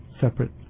separate